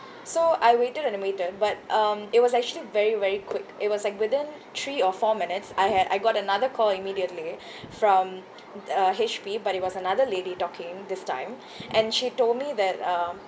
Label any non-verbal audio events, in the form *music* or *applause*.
so I waited and waited but um it was actually very very quick it was like within three or four minutes I had I got another call immediately *breath* from uh H_P but it was another lady talking this time *breath* and she told me that um